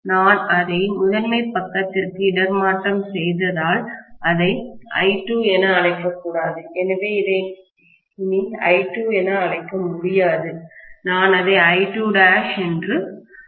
நான் அதை முதன்மை பக்கத்திற்கு இடமாற்றம் செய்ததால் அதை I2 என அழைக்கக்கூடாது எனவே இதை இனி I2 என அழைக்க முடியாது நான் அதை I2' என்று அழைக்க வேண்டும்